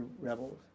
rebels